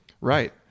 Right